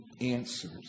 answers